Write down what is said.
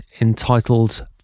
entitled